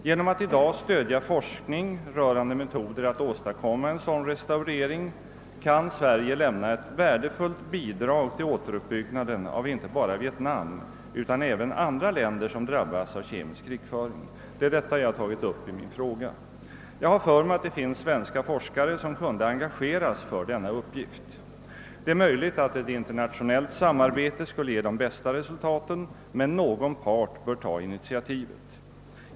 Genom att i dag stödja forskning rörande metoder att åstadkomma en sådan restaurering kan Sverige lämna ett värdefullt bidrag till återuppbyggnaden inte bara av Vietnam, utan även av andra länder som drabbas av kemisk krigföring. Det är detta jag har tagit upp i min fråga. Jag har för mig att det finns svenska forskare som kunde engageras för denna uppgift. Det är möjligt att ett internationellt samärbete skulle ge de bästa resultaten, men någon part bör ta initiativet.